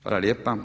Hvala lijepa.